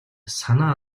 санаа